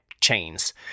chains